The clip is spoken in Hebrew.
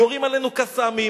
יורים עלינו "קסאמים",